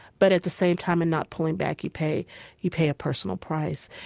but at the same time, in not pulling back you pay you pay a personal price.